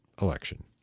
election